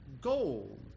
gold